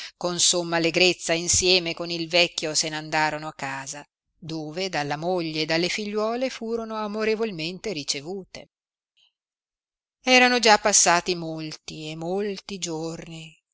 con somma allegrezza insieme con il vecchio se n'andorono a casa dove dalla moglie e dalle figliuole furono amorevolmente ricevute erano già passati molti e molti giorni